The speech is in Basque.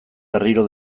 berriro